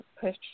push